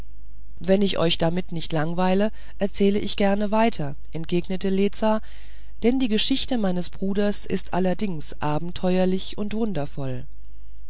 wenn ich euch nicht damit langweile erzähle ich gerne weiter entgegnete lezah denn die geschichte meines bruders ist allerdings abenteuerlich und wundervoll